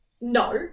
no